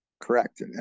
correct